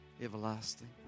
everlasting